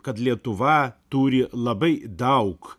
kad lietuva turi labai daug